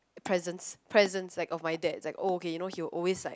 presence presence like of my dad it's like oh okay you know he will always like